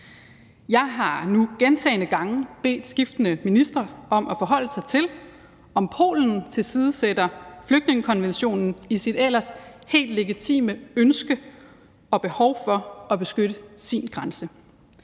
Jeg har nu gentagne gange bedt skiftende ministre om at forholde sig til, om Polen tilsidesætter flygtningekonventionen i sit ellers helt legitime ønske om og behov for at beskytte sin grænse.